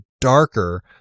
darker